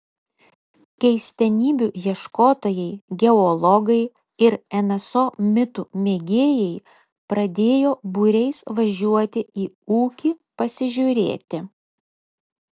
keistenybių ieškotojai geologai ir nso mitų mėgėjai pradėjo būriais važiuoti į ūkį pasižiūrėti